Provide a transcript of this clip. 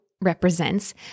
represents